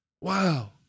Wow